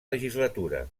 legislatura